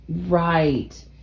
Right